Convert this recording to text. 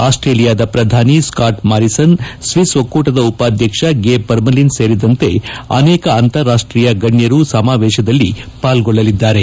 ಆಸ್ಸೇಲಿಯದ ಪ್ರಧಾನಿ Scott Morrison ಸ್ನೀಸ್ ಒಕ್ಕೂಟದ ಉಪಾಧ್ಯಕ್ಷ ಗೇ ಪರ್ಲಿನ್ ಸೇರಿದಂತೆ ಅನೇಕ ಅಂತಾರಾಷ್ಷೀಯ ಗಣ್ಣರು ಸಮಾವೇಶದಲ್ಲಿ ಪಾಲ್ಗೊಳ್ಳಿದ್ದಾರೆ